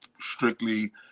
strictly